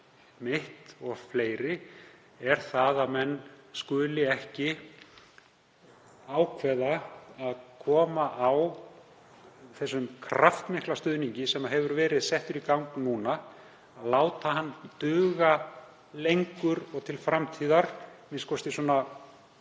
mitt og fleiri það að menn skuli ekki ákveða að koma á þessum kraftmikla stuðningi sem hefur verið settur í gang núna og láta hann duga lengur og til framtíðar, a.m.k. svona